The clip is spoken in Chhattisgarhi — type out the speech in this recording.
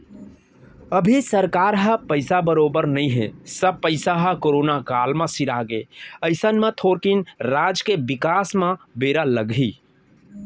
अभी सरकार ह पइसा बरोबर नइ हे सब पइसा ह करोना काल म सिरागे अइसन म थोकिन राज के बिकास म बेरा लगही